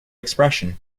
expression